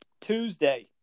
Tuesday